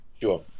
sure